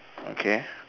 okay